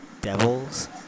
Devils